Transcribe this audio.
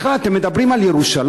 בכלל, אתם מדברים על ירושלים.